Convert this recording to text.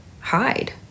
hide